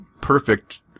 perfect